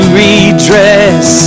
redress